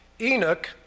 Enoch